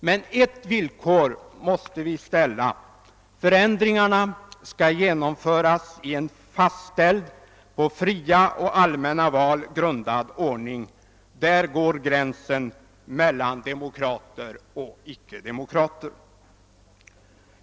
Men ett villkor ställer jag: Förändringarna skall genomföras i en fastställd och på fria och allmänna val grundad ordning. Där går gränsen mellan demokrater och icke demokrater.